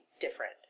different